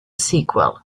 sequel